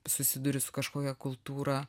susiduri su kažkokia kultūra